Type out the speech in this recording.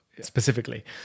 specifically